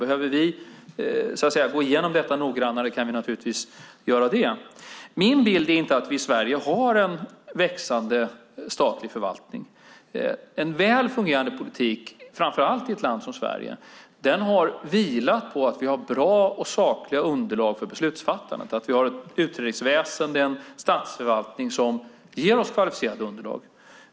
Behöver vi gå igenom detta noggrannare kan vi naturligtvis göra det. Min bild är inte att vi i Sverige har en växande statlig förvaltning. En väl fungerande politik, framför allt i ett land som Sverige, har vilat på att vi har bra och sakliga underlag för beslutsfattandet och att vi har ett utredningsväsen och en statsförvaltning som ger oss kvalificerade underlag.